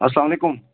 السلامُ علیکُم